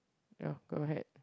ya go ahead